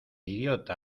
idiota